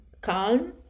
calm